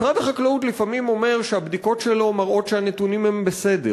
משרד החקלאות לפעמים אומר שהבדיקות שלו מראות שהנתונים הם בסדר.